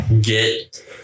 get